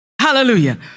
Hallelujah